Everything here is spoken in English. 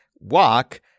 walk